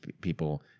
people